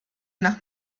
nach